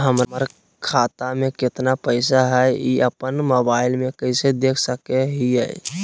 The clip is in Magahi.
हमर खाता में केतना पैसा हई, ई अपन मोबाईल में कैसे देख सके हियई?